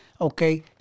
Okay